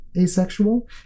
asexual